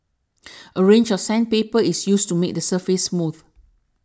a range of sandpaper is used to make the surface smooth